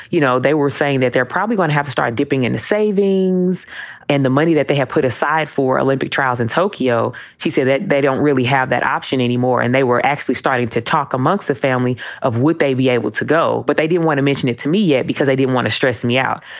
you know, they were saying that they're probably going to have to start dipping into savings and the money that they have put aside for olympic trials in tokyo. she said that they don't really have that option anymore. and they were actually starting to talk amongst the family of would they be able to go? but they didn't want to mention it to me yet because i didn't want to stress me out.